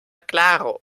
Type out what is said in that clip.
claro